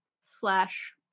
slash